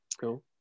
cool